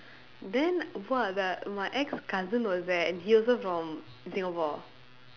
then !wah! the my ex cousin was there and he also from singapore